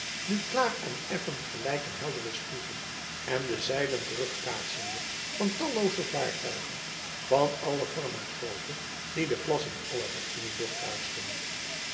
nu klaar en effen gelijk een heldere spiegel en de zeilen terugkaatsende van tallooze vaartuigen van allen vorm en grootte die den plas in alle richtingen doorkruisten